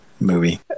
movie